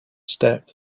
step